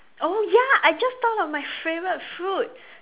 oh ya I just thought of my favourite food